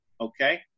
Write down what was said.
okay